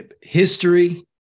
history